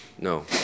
No